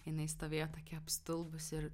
jinai stovėjo tokia apstulbusi ir